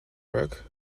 work